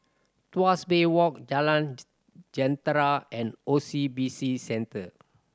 Tuas Bay Walk Jalan Jentera and O C B C Centre